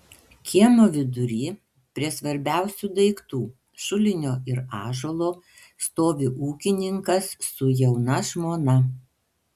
kiemo vidury prie svarbiausių daiktų šulinio ir ąžuolo stovi ūkininkas su jauna žmona